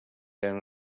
eren